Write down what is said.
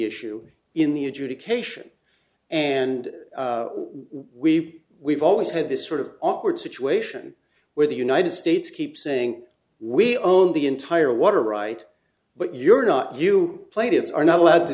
issue in the adjudication and we we've always had this sort of awkward situation where the united states keeps saying we own the entire water right but you're not you played us are not allowed to